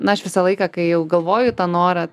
na aš visą laiką kai jau galvoju tą norą